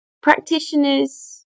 Practitioners